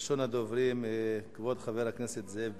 ראשון הדוברים הוא כבוד חבר הכנסת זאב בילסקי.